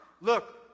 Look